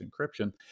encryption